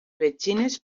petxines